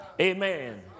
amen